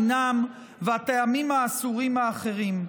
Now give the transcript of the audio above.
מינם והטעמים האסורים האחרים.